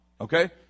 okay